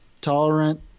tolerant